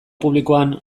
publikoan